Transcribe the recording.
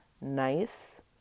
nice